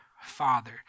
Father